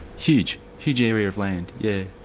huge. huge area of land, yeah